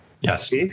Yes